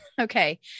okay